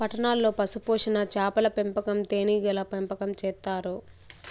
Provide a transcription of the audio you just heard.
పట్టణాల్లో పశుపోషణ, చాపల పెంపకం, తేనీగల పెంపకం చేత్తారు